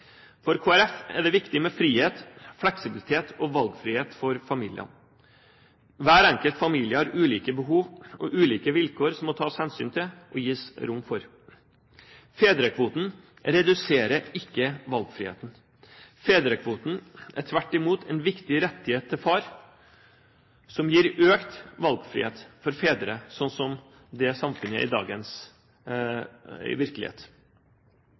Kristelig Folkeparti er det viktig med frihet, fleksibilitet og valgfrihet for familiene. Hver enkelt familie har ulike behov og ulike vilkår som må tas hensyn til og gis rom for. Fedrekvoten reduserer ikke valgfriheten. Fedrekvoten er tvert imot en viktig rettighet til far, som gir økt valgfrihet for fedre, i det samfunnet som er dagens virkelighet.